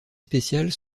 spéciales